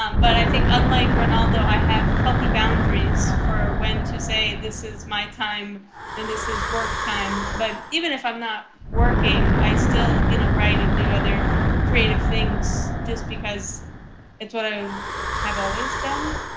um but i think, unlike brent, although i have healthy boundaries for when to say this is my time and this is work time. but even if i'm not working, i still, you know, write and do other creative things just because it's what i have always done